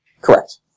Correct